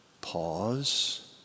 Pause